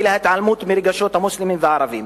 התעלמות מרגשות המוסלמים והערבים